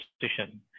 position